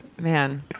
Man